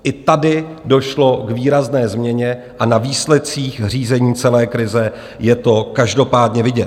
I tady došlo k výrazné změně a na výsledcích řízení celé krize je to každopádně vidět.